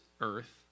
earth